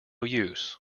use